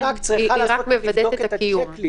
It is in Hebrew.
היא רק מוודאת את הקיום.